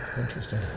Interesting